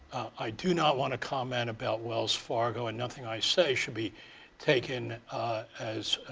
i do not want to comment about wells fargo. and nothing i say should be taken as